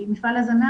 כי מפעל ההזנה,